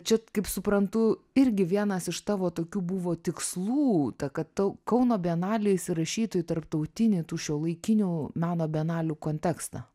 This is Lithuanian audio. čia kaip suprantu irgi vienas iš tavo tokių buvo tikslų ta kad tau kauno bienalė įsirašytų į tarptautinį tų šiuolaikinių meno bienalių kontekstą